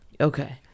Okay